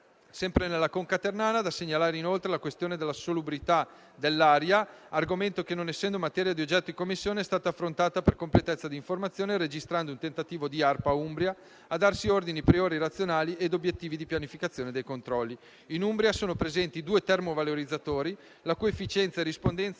Sempre nella conca ternana è da segnalare inoltre la questione sulla salubrità dell'aria, argomento che, non essendo materia oggetto della Commissione, è stata affrontata per completezza di informazione, registrando il tentativo di ARPA Umbria di darsi ordini di priorità razionali ed obiettivi nella pianificazione dei controlli. In Umbria sono presenti due termovalorizzatori, la cui efficienza e rispondenza